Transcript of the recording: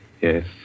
Yes